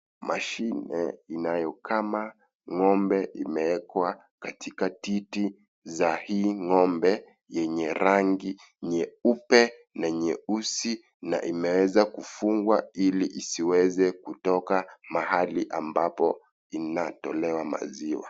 Mashini inayokama ng'ombe imeekwa katika titi za hii ng'ombe yenye rangi nyeupe na nyeusi na imeeza kufungwa ili isiweze kutoka mahali ambapo inatolewa maziwa.